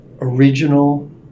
original